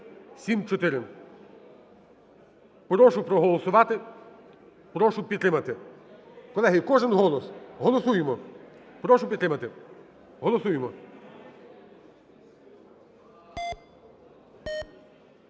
Прошу проголосувати, прошу підтримати. Колеги, кожен голос, голосуємо, прошу підтримати, голосуємо.